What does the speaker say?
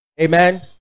Amen